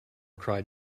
cried